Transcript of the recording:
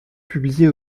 publiée